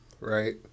Right